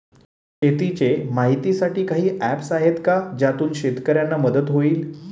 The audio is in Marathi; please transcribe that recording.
शेतीचे माहितीसाठी काही ऍप्स आहेत का ज्यातून शेतकऱ्यांना मदत होईल?